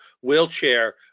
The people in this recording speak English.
wheelchair